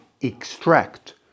extract